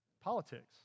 Politics